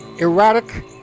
erratic